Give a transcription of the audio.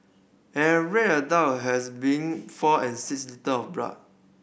an average adult has between four and six litre of blood